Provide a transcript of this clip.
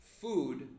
food